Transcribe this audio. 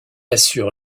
assure